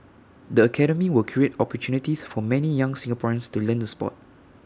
the academy will create opportunities for many more young Singaporeans to learn the Sport